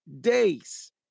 days